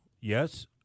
yes